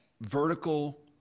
vertical